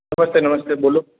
नमस्ते नमस्ते बोलो